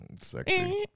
sexy